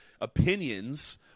opinions